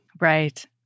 Right